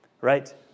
Right